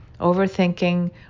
overthinking